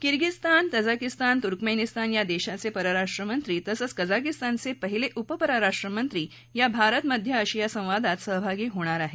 Kyrgyzstan Tajikistan Turkmenistan या देशाचे परराष्ट्रमंत्री तसंच कझाकीस्तानचे पहिले उपपरराष्ट्रमंत्री या भारत मध्य आशिया संवादात सहभागी होणार आहेत